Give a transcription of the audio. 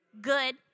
Good